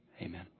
amen